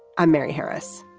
i'm mary harris.